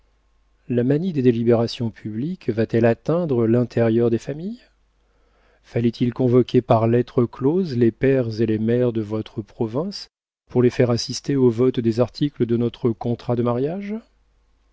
la manie des délibérations publiques va-t-elle atteindre l'intérieur des familles fallait-il convoquer par lettres closes les pères et les mères de votre province pour les faire assister au vote des articles de notre contrat de mariage